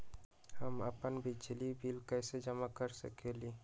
हम अपन बिजली बिल कैसे जमा कर सकेली?